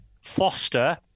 foster